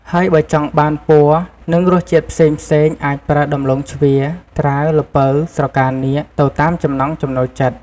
ហើយបើចង់បានពណ៌ និងរសជាតិផេ្សងៗអាចប្រើ ដំឡូងជ្វា ត្រាវ ល្ពៅ ស្រកានាគ ទៅតាមចំណង់ចំណូលចិត្ត។